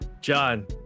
john